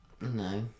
No